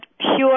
pure